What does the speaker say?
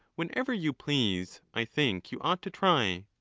whenever you please, i think you ought to try.